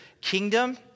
kingdom